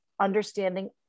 understanding